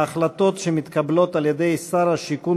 החלטות שמתקבלות על-ידי שר השיכון